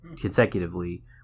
consecutively